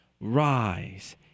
rise